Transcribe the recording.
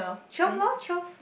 twelve loh twelve